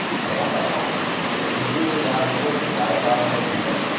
یہ سوا کا پہاڑا کہنے لگے جس دن یہ یاد ہو گیا اس دن سارے فارمولے کھل جائیں گے